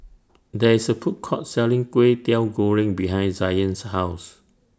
There IS A Food Court Selling Kway Teow Goreng behind Zion's House